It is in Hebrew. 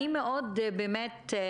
אני מאוד מבקשת,